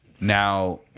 Now